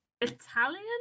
Italian